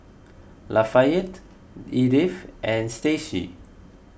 Lafayette Edythe and Stacie